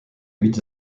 huit